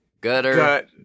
gutter